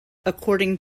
according